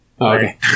Okay